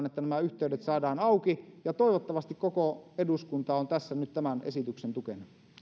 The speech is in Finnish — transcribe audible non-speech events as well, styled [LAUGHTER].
[UNINTELLIGIBLE] että nämä yhteydet saadaan auki ja toivottavasti koko eduskunta on tässä nyt tämän esityksen tukena